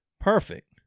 perfect